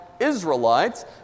Israelites